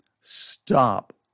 stop